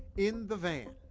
in the van,